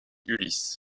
ulysse